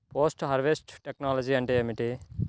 Post harvest technology అంటే ఏమిటి?